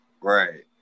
Right